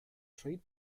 trade